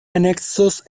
anexos